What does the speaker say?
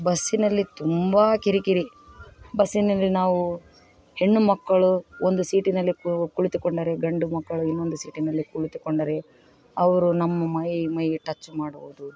ಬಸ್ಸಿನಲ್ಲಿ ತುಂಬ ಕಿರಿಕಿರಿ ಬಸ್ಸಿನಲ್ಲಿ ನಾವು ಹೆಣ್ಣು ಮಕ್ಕಳು ಒಂದು ಸೀಟಿನಲ್ಲಿ ಕುಳಿತುಕೊಂಡರೆ ಗಂಡು ಮಕ್ಕಳು ಇನ್ನೊಂದು ಸೀಟಿನಲ್ಲಿ ಕುಳಿತುಕೊಂಡರೆ ಅವರು ನಮ್ಮ ಮೈ ಮೈಗೆ ಟಚ್ ಮಾಡುವುದು